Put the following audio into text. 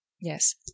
Yes